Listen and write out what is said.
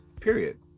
period